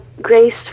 grace